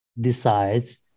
decides